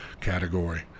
category